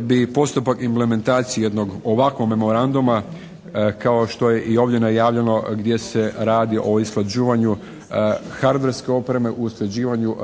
bi postupak implementacije kao što je i ovdje najavljeno gdje se radi o usklađivanje hardwareske opreme, u usklađivanju